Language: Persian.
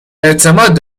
اعتماد